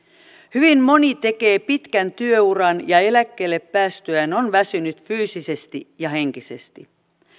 hyvin moni tekee pitkän työuran ja eläkkeelle päästyään on väsynyt fyysisesti ja henkisesti